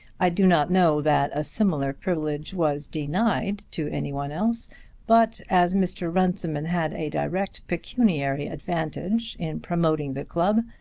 i do not know that a similar privilege was denied to any one else but as mr. runciman had a direct pecuniary advantage in promoting the club,